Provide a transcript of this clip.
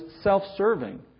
self-serving